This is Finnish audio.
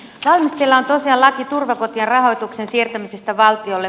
valmisteilla on tosiaan laki turvakotien rahoituksen siirtämisestä valtiolle